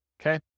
okay